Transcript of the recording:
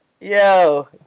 Yo